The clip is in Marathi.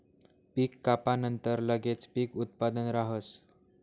पीक कापानंतर लगेच पीक उत्पादन राहस